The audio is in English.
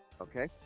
Okay